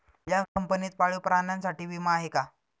या कंपनीत पाळीव प्राण्यांसाठी विमा आहे का?